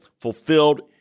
fulfilled